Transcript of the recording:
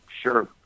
sure